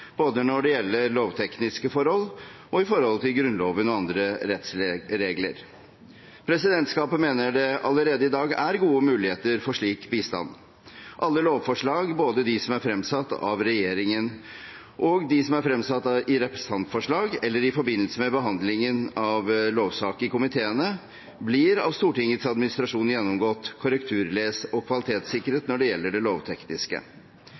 både når det gjelder lovtekniske forhold, og i forholdet til Grunnloven og andre rettsregler. Presidentskapet mener det allerede i dag er gode muligheter for slik bistand. Alle lovforslag – både de som er fremsatt av regjeringen, og de som er fremsatt i representantforslag eller i forbindelse med behandlingen av en lovsak i komiteene – blir av Stortingets administrasjon gjennomgått, korrekturlest og kvalitetssikret når det gjelder det lovtekniske.